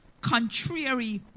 contrary